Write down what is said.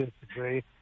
disagree